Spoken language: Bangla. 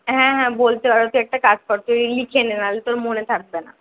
হ্যাঁ হ্যাঁ বলতে পারবো তুই একটা কাজ কর তুই লিখে নে নাহলে তোর মনে থাকবে না